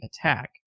attack